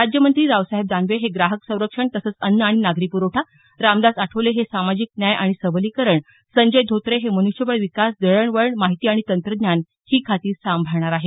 राज्य मंत्री रावसाहेब दानवे हे ग्राहक संरक्षण तसंच अन्न आणि नागरी प्रवठा रामदास आठवले हे सामाजिक न्याय आणि सबलीकरण संजय धोत्रे हे मनुष्यबळ विकास दळणवळण माहिती आणि तंत्रज्ञान ही खाती संभाळणार आहेत